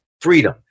Freedom